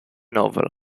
novel